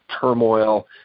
turmoil